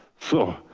so,